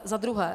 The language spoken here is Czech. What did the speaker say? Za druhé.